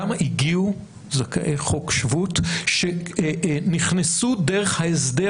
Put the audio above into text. כמה הגיעו זכאי חוק שבות שנכנסו דרך ההסדר